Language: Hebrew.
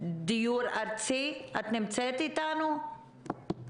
כי לגבי תקופה מאוד ארוכה נאמר לשמור